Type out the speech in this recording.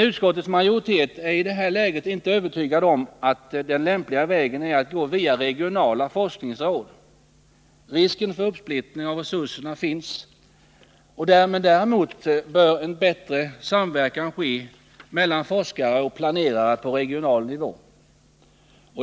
Utskottets majoritet är i detta läge inte övertygad om att den lämpliga vägen är att gå via regionala forskningsråd. Risken för uppsplittring av resurserna finns. Däremot bör en bättre samverkan ske mellan forskare och planerare på regional nivå.